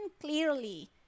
clearly